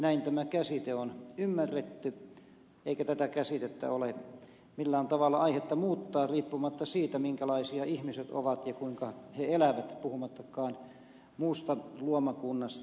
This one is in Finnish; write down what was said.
näin tämä käsite on ymmärretty eikä tätä käsitettä ole millään tavalla aihetta muuttaa riippumatta siitä minkälaisia ihmiset ovat ja kuinka he elävät puhumattakaan muusta luomakunnasta